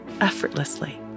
effortlessly